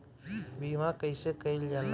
बीमा कइसे कइल जाला?